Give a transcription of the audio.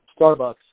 Starbucks